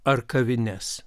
ar kavines